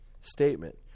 statement